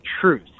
truth